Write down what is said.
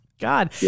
God